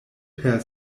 per